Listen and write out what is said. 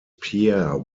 pierre